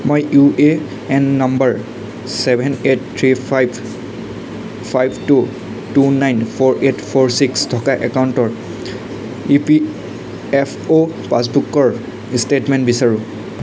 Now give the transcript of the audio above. মই U A N number seven eight three five five two two nine four eight four six থকা একাউণ্টৰ E P F O পাছবুকৰ statement বিচাৰোঁ